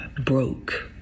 Broke